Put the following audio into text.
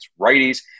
righties